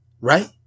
right